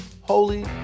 Holy